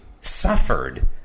suffered